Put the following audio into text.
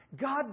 God